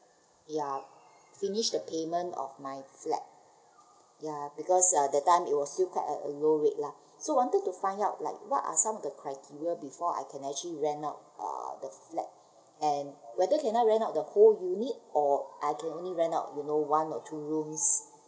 ya finished the payment of my flat ya because uh that time it was still quite a a low rate lah so wanted to find out like what are some of the criteria before I can actually rent out uh the flat and whether can I rent out the whole unit or I can only rent out you know one or two rooms